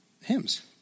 hymns